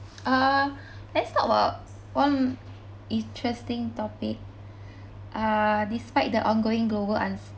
uh let's talk about one interesting topic uh despite the ongoing global uncer~